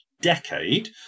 Decade